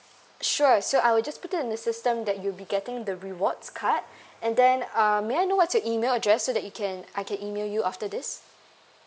sure so I will just put it in the system that you'll be getting the rewards card and then uh may I know what's your email address so that you can I can email you after this